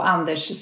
Anders